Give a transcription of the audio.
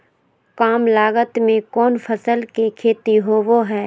काम लागत में कौन फसल के खेती होबो हाय?